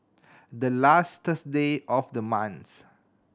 the last Thursday of the month